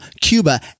Cuba